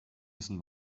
müssen